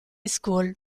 school